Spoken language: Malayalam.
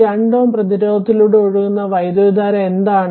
ഈ 2 Ω പ്രതിരോധത്തിലൂടെ ഒഴുകുന്ന വൈദ്യുതധാര എന്താണ്